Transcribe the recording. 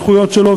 החיילים